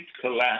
collapse